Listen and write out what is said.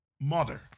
mother